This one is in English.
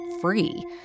free